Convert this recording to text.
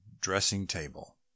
dressing-table